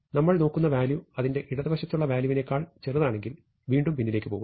നമ്മൾ നോക്കുന്ന വാല്യൂ അതിന്റെ ഇടതുവശത്തുള്ള വാല്യൂവിനേക്കാൾ ചെറുതാണെങ്കിൽ വീണ്ടും പിന്നിലേക്ക് പോകുന്നു